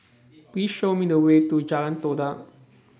Please Show Me The Way to Jalan Todak